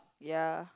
ya